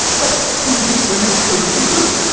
but do you think women shouldn't be good?